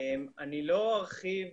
לא ארחיב